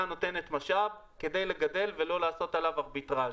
נותנת משאב כדי לגדל ולא לעשות עליו ארביטרז'.